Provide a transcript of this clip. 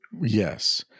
yes